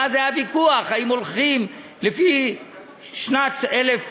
ואז היה ויכוח אם הולכים לפי שנת 2013,